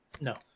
No